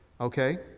Okay